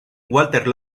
walter